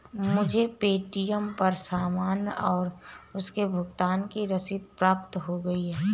मुझे पे.टी.एम पर सामान और उसके भुगतान की रसीद प्राप्त हो गई है